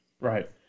Right